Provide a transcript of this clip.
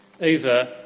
over